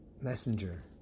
messenger